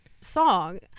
song